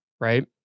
right